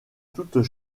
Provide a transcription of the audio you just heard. toutes